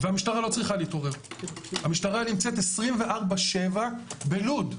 המשטרה לא צריכה להתעורר, המשטרה נמצאת 24/7 בלוד,